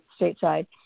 stateside